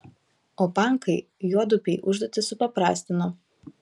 o pankai juodupei užduotį supaprastino